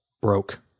Broke